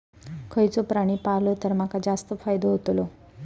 खयचो प्राणी पाळलो तर माका जास्त फायदो होतोलो?